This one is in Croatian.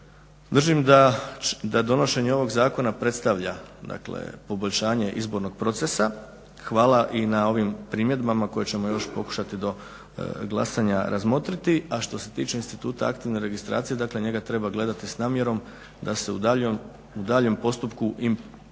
držim da donošenje ovog zakona predstavlja dakle poboljšanje izbornog procesa. Hvala i na ovim primjedbama koje ćemo još pokušati do glasanja razmotriti, a što se tiče instituta aktivne registracije dakle njega treba gledati s namjerom da se u daljnjem postupku poboljšanja